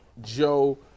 Joe